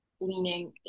leaning